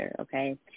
okay